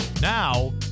Now